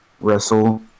wrestle